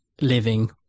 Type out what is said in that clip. living